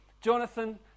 Jonathan